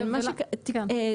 כן,